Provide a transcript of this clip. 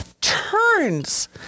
turns